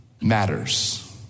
matters